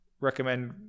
recommend